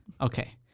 Okay